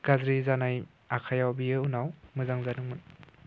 गाज्रि जानाय आखाइआव बियो उनाव मोजां जादोंमोन